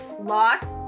locks